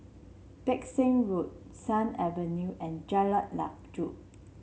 Pang Seng Road Sut Avenue and Jalan Lanjut